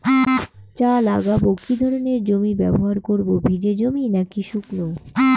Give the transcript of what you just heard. চা লাগাবো কি ধরনের জমি ব্যবহার করব ভিজে জমি নাকি শুকনো?